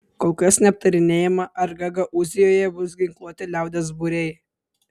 kol kas neaptarinėjama ar gagaūzijoje bus ginkluoti liaudies būriai